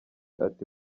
ati